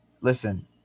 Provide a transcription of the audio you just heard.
Listen